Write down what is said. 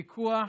ויכוח